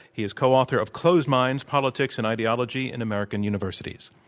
he is co-author of closed minds, politics and ideology in american universities.